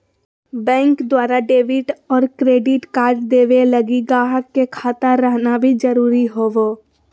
bank द्वारा debit और credit card देवे लगी गाहक के खाता रहना भी जरूरी होवो